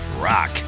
Rock